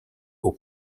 aux